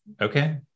Okay